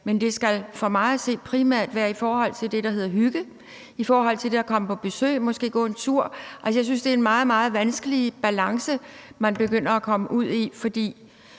at se skal det primært være i forhold til det, der hedder hygge, og i forhold til at komme på besøg og måske gå en tur. Altså, jeg synes, at det er en meget, meget vanskelig balance, man begynder at komme ud i, for